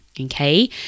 Okay